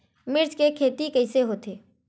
मिर्च के कइसे खेती होथे?